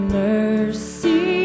mercy